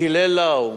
טילי "לאו",